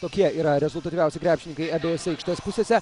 tokie yra rezultatyviausi krepšininkai abiejose aikštės pusėse